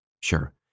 Sure